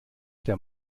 der